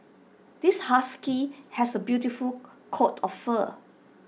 this husky has A beautiful coat of fur